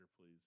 please